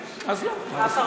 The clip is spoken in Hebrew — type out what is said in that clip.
גפני, אז לא, מה לעשות.